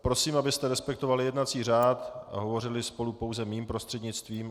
Prosím, abyste respektovali jednací řád a hovořili spolu pouze mým prostřednictvím.